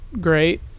great